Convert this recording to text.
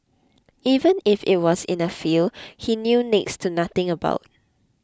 even if it was in a field he knew next to nothing about